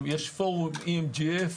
יש פורום EMGF